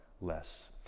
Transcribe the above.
less